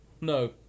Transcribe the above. No